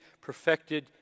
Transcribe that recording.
perfected